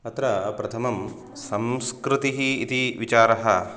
अत्र प्रथमं संस्कृतिः इति विचारः